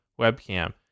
webcam